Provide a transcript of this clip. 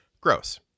Gross